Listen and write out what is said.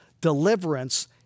deliverance